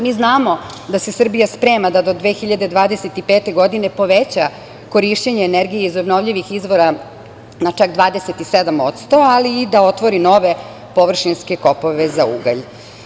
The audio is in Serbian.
Mi znamo da se Srbija sprema da do 2025. godine poveća korišćenje energije iz obnovljivih izvora na čak 27%, ali i da otvori nove površinske kopove za ugalj.